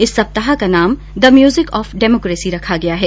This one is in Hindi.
इस सप्ताह का नाम द म्यूजिक ऑफ डेमोकेसी रखा गया है